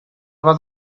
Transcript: was